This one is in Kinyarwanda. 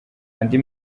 andi